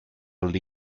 league